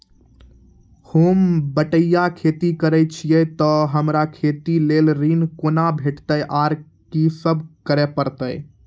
होम बटैया खेती करै छियै तऽ हमरा खेती लेल ऋण कुना भेंटते, आर कि सब करें परतै?